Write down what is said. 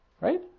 Right